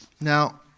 Now